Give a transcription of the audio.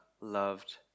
loved